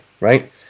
right